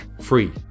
free